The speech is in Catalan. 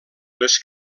les